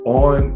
on